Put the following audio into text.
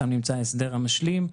שם נמצא ההסדר המשלים,